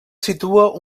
situa